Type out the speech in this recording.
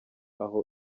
aho